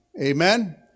Amen